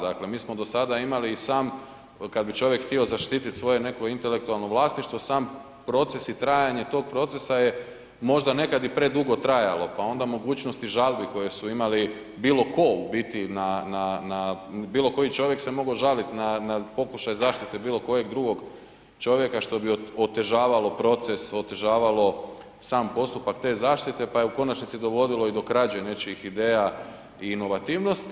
Dakle, mi smo do sada imali i sam, kad bi čovjek htio zaštititi svoje neko intelektualno vlasništvo, sam proces i trajanje tog procesa je možda neko i predugo trajalo, pa onda mogućnosti žalbi koje su imali bilo tko u biti, na, na, bilo koji čovjek se mogao žalit na pokušaj zaštite bilo kojeg drugog čovjeka što bi otežavalo proces, otežavalo sam postupak te zaštite, pa je u konačnici dovodilo i do krađe nečijih ideja i inovativnosti.